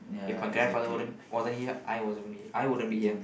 if my grandfather wouldn't wasn't here I wasn't even here I wouldn't be here